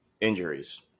injuries